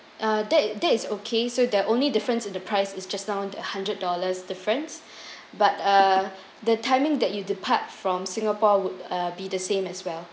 uh that that is okay so the only difference in the price is just now the hundred dollars difference but uh the timing that you depart from singapore would ah be the same as well